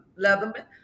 Leatherman